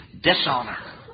dishonor